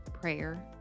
prayer